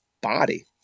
body